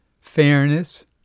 fairness